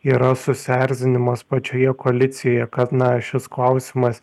yra susierzinimas pačioje koalicijoje kad na šis klausimas